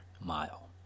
mile